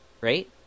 Right